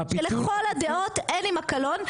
שלכל הדעות אין עמה הקלון,